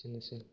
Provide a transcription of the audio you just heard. एसेनोसै